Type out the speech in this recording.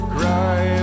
Cry